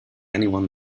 anyone